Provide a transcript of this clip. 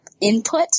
input